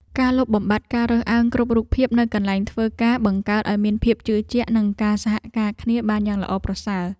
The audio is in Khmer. ការលុបបំបាត់ការរើសអើងគ្រប់រូបភាពនៅកន្លែងធ្វើការបង្កើតឱ្យមានភាពជឿជាក់ និងការសហការគ្នាបានយ៉ាងល្អប្រសើរ។